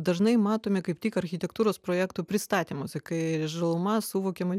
dažnai matome kaip tik architektūros projektų pristatymuose kai žaluma suvokiama